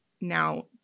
Now